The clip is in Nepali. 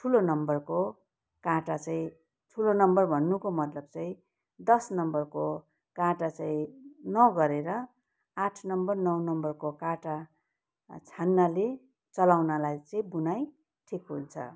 ठुलो नम्बरको काँटा चाहिँ ठुलो नम्बर भन्नुको मतलब चाहिँ दस नम्बरको काँटा चाहिँ नगरेर आठ नम्बर नौ नम्बरको काँटा छान्नाले चलाउनलाई चाहिँ बुनाइ ठिक हुन्छ